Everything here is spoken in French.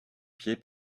pied